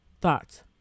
thoughts